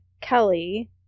Kelly